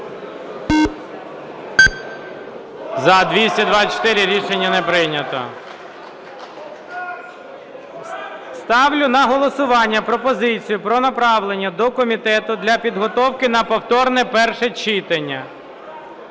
За-224 Рішення не прийнято. Ставлю на голосування пропозицію про направлення до комітету для підготовки на повторне перше читання